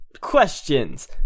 Questions